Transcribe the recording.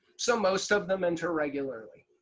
so most of them enter regularly.